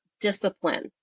discipline